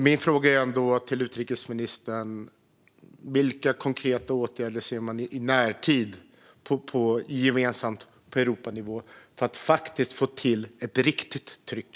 Min fråga till utrikesministern är: Vilka konkreta åtgärder ser man i närtid, gemensamt på Europanivå, för att få till ett riktigt tryck?